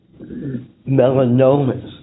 melanomas